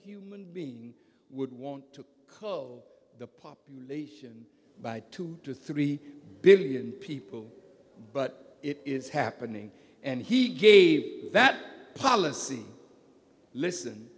human being would want to coal the population by two to three billion people but it is happening and he gave that policy listen